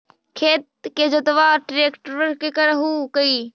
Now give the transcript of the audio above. खेत के जोतबा ट्रकटर्बे से कर हू की?